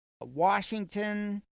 Washington